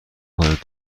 کنید